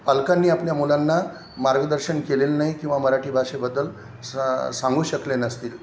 पालकांनी आपल्या मुलांना मार्गदर्शन केलेलं नाही किंवा मराठी भाषेबद्दल स सांगू शकले नसतील